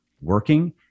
working